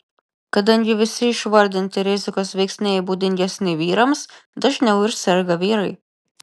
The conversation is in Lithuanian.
kadangi visi išvardinti rizikos veiksniai būdingesni vyrams dažniau ir serga vyrai